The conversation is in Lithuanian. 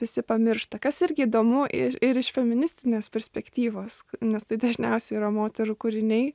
visi pamiršta kas irgi įdomu ir ir iš feministinės perspektyvos nes tai dažniausiai yra moterų kūriniai